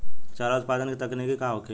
चारा उत्पादन के तकनीक का होखे?